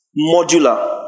modular